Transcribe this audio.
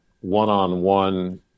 one-on-one